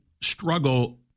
struggle